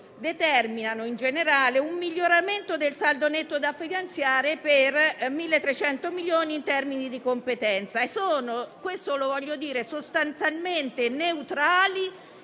determinano in generale un miglioramento del saldo netto da finanziare per 1.300 milioni in termini di competenza e sono sostanzialmente neutrali